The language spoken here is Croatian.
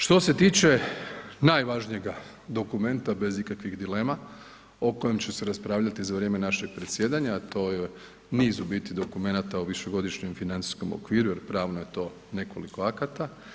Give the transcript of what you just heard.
Što se tiče najvažnijega dokumenta bez ikakvih dilema o kojem će se raspravljati za vrijeme našeg predsjedanja, a to je niz u biti dokumenata o višegodišnjem financijskom okviru jer pravno je to nekoliko akata.